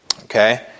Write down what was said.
Okay